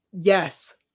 Yes